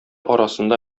арасында